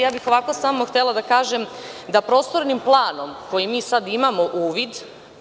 Ja bih samo htela da kažem da prostornim planom, u koji mi sada imamo uvid…